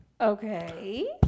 Okay